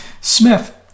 Smith